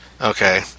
Okay